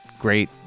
great